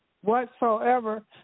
Whatsoever